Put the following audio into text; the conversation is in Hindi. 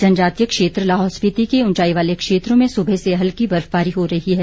जनजातीय क्षेत्र लाहौल स्पिति के उंचाई वाले क्षेत्रों में सुबह से हल्की बर्फबारी हो रही है